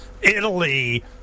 Italy